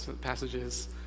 passages